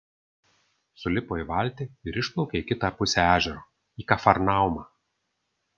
sulipo į valtį ir išplaukė į kitą pusę ežero į kafarnaumą